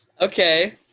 Okay